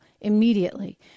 immediately